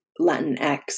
Latinx